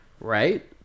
right